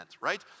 right